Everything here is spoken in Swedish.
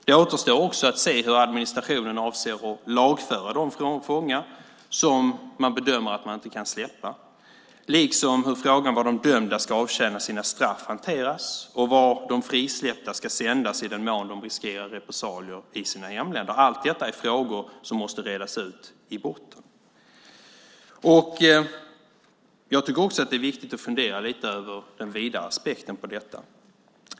Det återstår också att se hur administrationen avser att lagföra de fångar som man bedömer att man inte kan släppa, liksom hur frågan var de dömda ska avtjäna sina straff hanteras och vart de frisläppta ska sändas i den mån de riskerar repressalier i sina hemländer. Allt detta är frågor som måste redas ut i grunden. Jag tycker också att det är viktigt att fundera lite över den vidare aspekten på detta.